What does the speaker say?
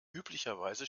üblicherweise